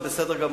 זה בסדר גמור,